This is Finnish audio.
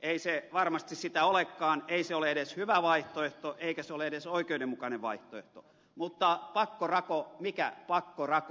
ei se varmasti sitä olekaan ei se ole edes hyvä vaihtoehto eikä se ole edes oikeudenmukainen vaihtoehto mutta pakkorako mikä pakkorako